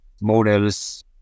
models